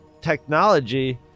technology